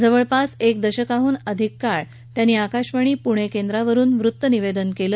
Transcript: जवळपास एक दशकाहन अधिक काळ त्यांनी आकाशवाणी पुणे केंद्रावरून वृत्तनिवेदन केलं